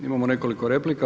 Imamo nekoliko replika.